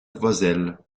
vozelle